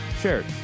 Shared